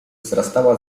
wzrastała